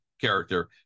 character